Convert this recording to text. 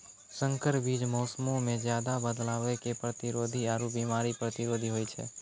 संकर बीज मौसमो मे ज्यादे बदलाव के प्रतिरोधी आरु बिमारी प्रतिरोधी होय छै